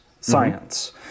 science